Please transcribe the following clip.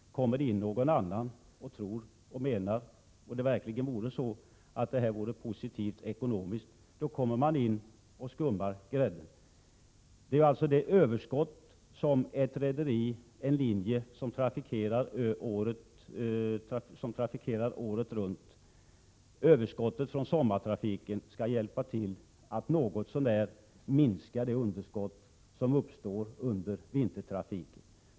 Skulle någon annan komma in på den positiva delen vore det att skumma grädden. Överskottet från sommartrafiken skall något så när minska det underskott som uppstår under vintertrafik.